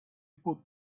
put